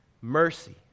mercy